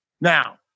Now